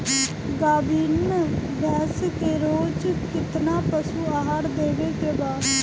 गाभीन भैंस के रोज कितना पशु आहार देवे के बा?